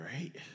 right